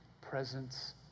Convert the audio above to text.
presence